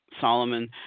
Solomon